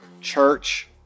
church